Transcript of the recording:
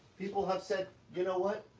people have said, you know what?